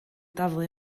daflu